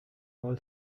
all